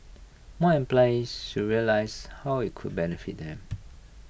more employees should realize how IT could benefit them